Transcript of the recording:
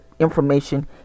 information